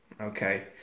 Okay